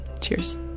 Cheers